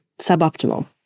suboptimal